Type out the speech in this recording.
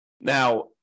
Now